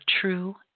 true